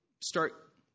start